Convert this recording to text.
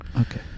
Okay